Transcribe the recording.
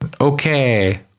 Okay